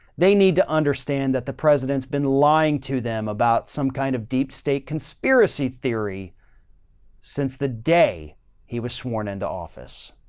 they need to understand that the president's been lying to them about some kind of deep state conspiracy theory since the day he was sworn into office.